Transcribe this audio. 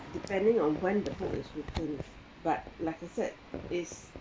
depending on when the book is written leh but like I said it